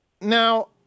Now